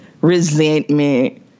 resentment